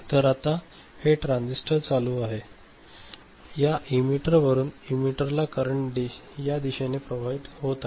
तर आता हे ट्रान्झिस्टर चालू आहे या इमीटर वरुन या इमीटर ला करंट या दिशेने प्रवाहित होत आहे